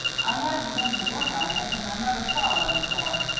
i haven't been to work on it, and i never saw one before.